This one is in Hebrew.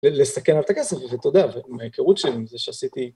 לסכן את הכסף, ואתה יודע, מההיכרות של זה שעשיתי